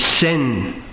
sin